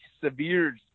severe